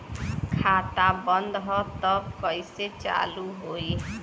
खाता बंद ह तब कईसे चालू होई?